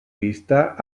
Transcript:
pista